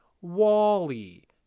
Wally